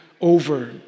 over